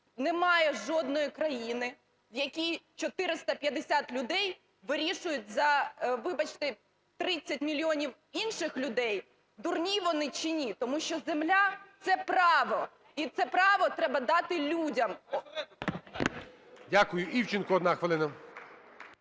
Немає жодної країни, в якій 450 людей вирішують за, вибачте, 30 мільйонів інших людей дурні вони чи ні. Тому що земля – це право, і це право треба дати людям. ГОЛОВУЮЧИЙ. Дякую. Івченко, одна хвилина.